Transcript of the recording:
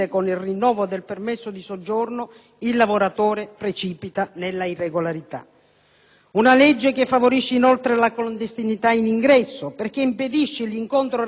il lavoratore precipita nell'irregolarità. Siamo di fronte ad una legge che favorisce, inoltre, la clandestinità in ingresso perché impedisce l'incontro regolare tra domanda e offerta di lavoro.